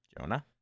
Jonah